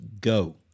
go